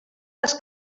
les